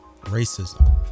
racism